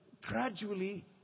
gradually